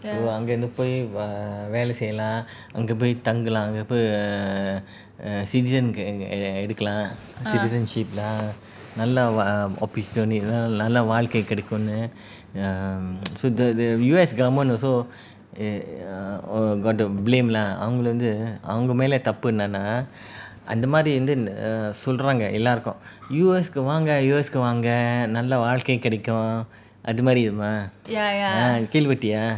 அங்க இருந்து போய் வேலை செய்யலாம் அங்க போய் தங்கலாம் அங்க போய்:anga irunthu poi velai seiyalaam anga poi thangalam anga poi citizen கு எடுக்கலாம்:ku edukalam citizenship lah நல்ல:nalla opportunity நல்ல வாழ்க்கை கிடைக்கும்னு:nalla vazhgai kidaikumnu um so the the U_S government also eh err oh got to blame lah அவங்கள வந்து அவங்க மேல தப்பு என்னனா அந்த மாதிரி வந்து சொல்ராங்க எல்லாருக்கும்:avangala vanthu avanga mela thappu ennana antha maathiri vanthu solraanga ellarukum U_S கு வாங்க:ku vaanga U_S கு வாங்க நல்ல வாழ்க்கை கிடைக்கும்:ku vaanga nalla vazhgai kidaikum ah அது மாதிரி கேள்வி பட்டுருக்கியா:antha maathiri kelvi paturukiyaa ah